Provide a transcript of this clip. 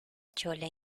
chole